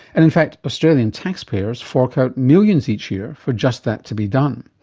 and in fact australian taxpayers fork out millions each year for just that to be done.